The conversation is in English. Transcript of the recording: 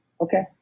okay